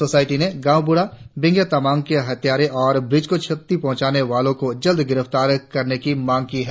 society ने गांव बुढ़ा बेंगिया तामांग के हत्यारे और ब्रीज को क्षति पहुचाने वालों को जल्द ही गिरफ्तार करने की मांग की है